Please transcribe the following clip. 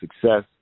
success